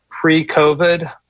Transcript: pre-COVID